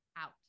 out